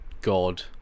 god